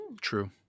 True